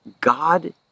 God